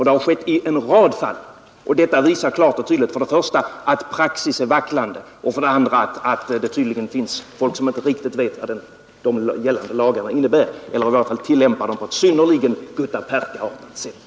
Det har inträffat i en rad fall, och detta visar klart och tydligt för det första att praxis är vacklande och för det andra att det tydligen finns folk som inte riktigt vet vad de gällande lagarna innebär eller i varje fall tillämpar dem på ett synnerligen guttaperkaartat sätt.